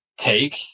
take